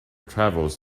travels